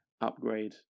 upgrade